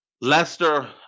Leicester